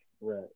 Right